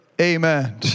Amen